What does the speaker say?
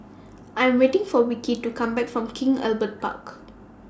I Am waiting For Vikki to Come Back from King Albert Park